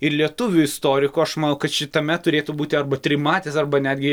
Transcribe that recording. ir lietuvių istorikų aš manau kad šitame turėtų būti arba trimatės arba netgi